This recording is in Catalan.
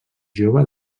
jove